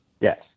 Yes